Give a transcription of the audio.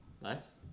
Less